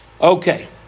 Okay